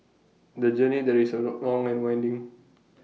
the journey there is A long and winding